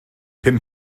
pum